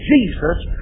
Jesus